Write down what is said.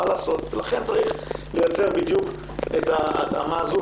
לכן צריך לייצר את ההתאמה הזאת.